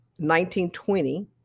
1920